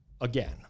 again